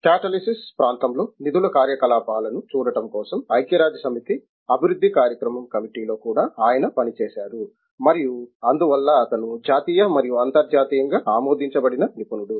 catalysis ప్రాంతంలో నిధుల కార్యకలాపాలను చూడటం కోసం ఐక్యరాజ్యసమితి అభివృద్ధి కార్యక్రమం కమిటీలో కూడా ఆయన పనిచేశారు మరియు అందువల్ల అతను జాతీయ మరియు అంతర్జాతీయంగా ఆమోదించబడిన నిపుణుడు